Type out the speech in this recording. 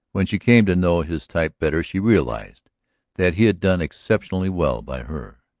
when she came to know his type better she realized that he had done exceptionally well by her.